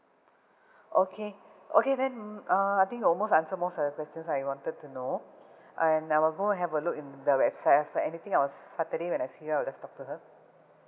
okay okay then uh I think you almost answer most the questions I wanted to know and I will go and have a look in the website ah so anything on saturday when I see her just talk to her